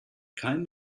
keinen